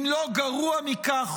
אם לא גרוע מכך,